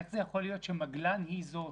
איך זה יכול להיות שמגל"ן היא זאת